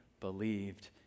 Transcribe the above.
believed